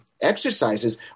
exercises